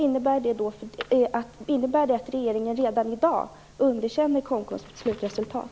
Innebär det att regeringen redan i dag underkänner Kommunikationskommitténs slutresultat?